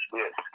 yes